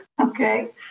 okay